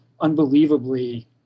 unbelievably